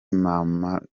mamadou